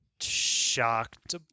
shocked